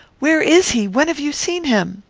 where is he? when have you seen him?